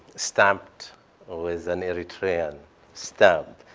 stamped with an eritrean stamp.